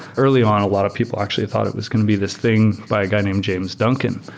early on, a lot of people actually thought it was going to be this thing by a guy named james duncan.